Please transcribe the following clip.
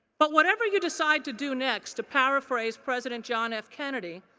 but whatever you decide to do next, to paraphrase president john f. kennedy,